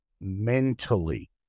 mentally